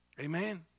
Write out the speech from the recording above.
Amen